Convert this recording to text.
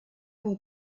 will